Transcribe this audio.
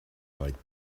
might